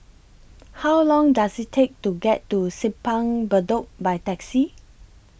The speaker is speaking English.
How Long Does IT Take to get to Simpang Bedok By Taxi